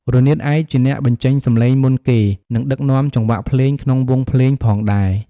រនាតឯកជាអ្នកបញ្ចេញសំឡេងមុនគេ និងដឹកនាំចង្វាក់ភ្លេងក្នុងវង់ភ្លេងផងដែរ។